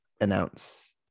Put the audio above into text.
announce